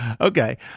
Okay